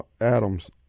Adams